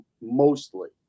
mostly